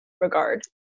regard